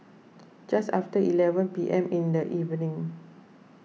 just after eleven P M in the evening